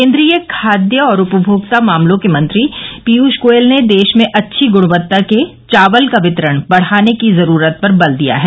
केन्द्रीय खाद्य और उपभोक्ता मामलों के मंत्री पीयूष गोयल ने देश में अच्छी गृणवत्ता के चावल का वितरण बढाने की जरूरत पर बल दिया है